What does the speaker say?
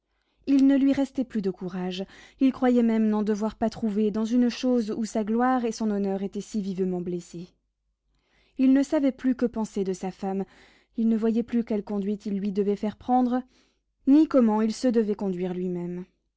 il ne lui restait plus de courage il croyait même n'en devoir pas trouver dans une chose où sa gloire et son honneur étaient si vivement blessés il ne savait plus que penser de sa femme il ne voyait plus quelle conduite il lui devait faire prendre ni comment il se devait conduire lui-même